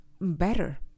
better